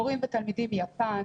מורים ותלמידים מיפן,